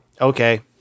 okay